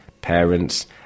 parents